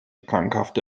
krankhafte